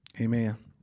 Amen